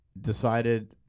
Decided